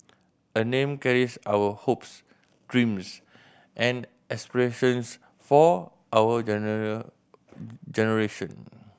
a name carries our hopes dreams and aspirations for our generation